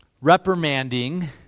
reprimanding